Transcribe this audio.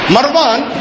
Marwan